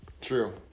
True